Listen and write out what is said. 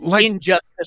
injustice